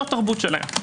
זו תרבותם.